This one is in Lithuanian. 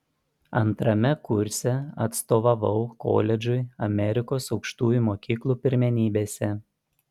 antrame kurse atstovavau koledžui amerikos aukštųjų mokyklų pirmenybėse